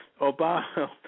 Obama